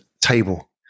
table